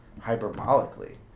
hyperbolically